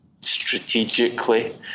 strategically